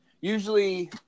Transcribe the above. Usually –